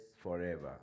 forever